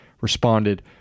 responded